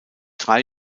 drei